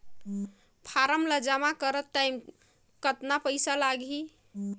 Form ला जमा करत टाइम कतना पइसा लगही?